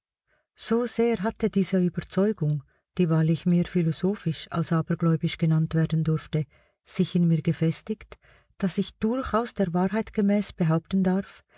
so sehr hatte diese überzeugung die wahrlich mehr philosophisch als abergläubisch genannt werden durfte sich in mir gefestigt daß ich durchaus der wahrheit gemäß behaupten darf